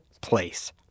place